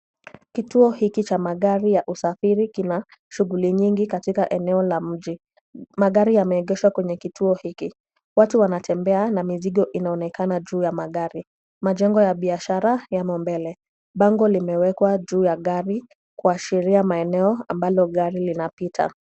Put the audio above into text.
Kituo hiki cha magari ya usafiri, kina shughuli nyingi katika eneo la mji. Magari yameegeshwa kwenye kituo hiki. Watu wanatembea na mizigo inaonekana juu ya magari. Majengo ya biashara yamo mbele. Bango limewekwa juu ya gari, kuashiria maeneo ambalo gari linapita.